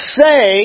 say